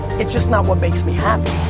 it's just not what makes me happy.